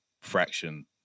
fraction